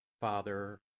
Father